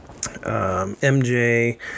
MJ